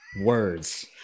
Words